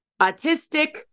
autistic-